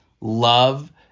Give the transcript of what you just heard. love